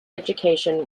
education